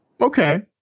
okay